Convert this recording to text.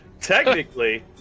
technically